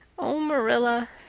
oh, marilla,